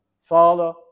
Father